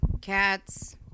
cats